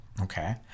Okay